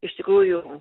iš tikrųjų